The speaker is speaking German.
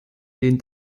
den